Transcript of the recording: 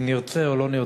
אם נרצה או לא נרצה,